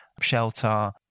shelter